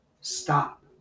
stop